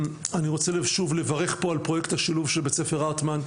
אני רוצה שוב לברך פה על פרויקט השילוב של בית ספר הרטמן,